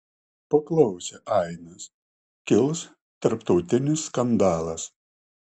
paklausė ainas kils tarptautinis skandalas